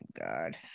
God